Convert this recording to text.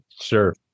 Sure